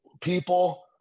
people